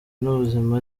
n’ubuzima